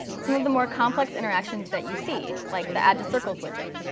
some of the more complex interactions that you see, like the add to circles widget.